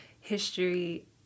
history